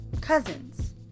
cousins